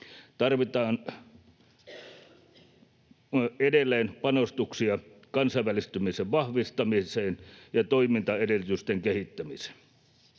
Tarvitaan edelleen panostuksia kansainvälistymisen vahvistamiseen ja toimintaedellytysten kehittämiseen.